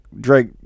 Drake